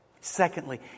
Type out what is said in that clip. Secondly